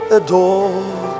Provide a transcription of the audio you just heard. adore